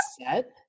set